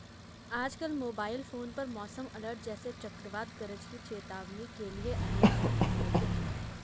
आजकल mobile phone पर मौसम अलर्ट जैसे चक्रवात गरज की चेतावनी के लिए अनेक ऐप उपलब्ध है